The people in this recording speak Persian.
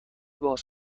باز